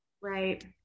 right